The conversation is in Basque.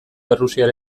errusiar